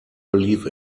believe